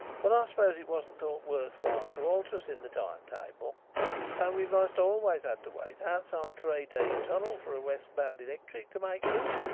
but i suppose it wasn't thought worth while to alter us in the time-table so we most always had to wait outside three deep tunnel for a west-bound electric to make good.